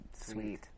sweet